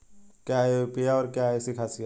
क्या है यू.पी.आई और क्या है इसकी खासियत?